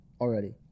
already